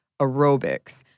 Aerobics